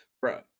Bro